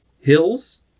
Hills